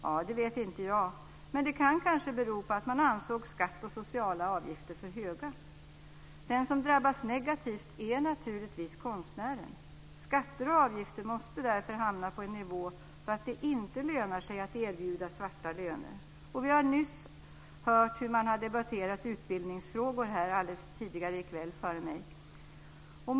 Ja, det vet inte jag, men det kan kanske bero på att man ansåg skatt och sociala avgifter för höga. Den som drabbas negativt är naturligtvis konstnären. Skatter och avgifter måste därför hamna på en nivå så att det inte lönar sig att erbjuda svarta löner. Vi har nyss hört hur man har debatterat utbildningsfrågor tidigare här i kväll före mig.